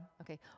Okay